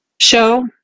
show